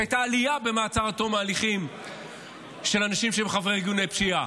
שהייתה עלייה במעצר עד תום ההליכים של אנשים שהם חברי ארגוני פשיעה.